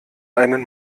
einen